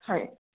হয়